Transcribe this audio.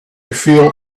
feel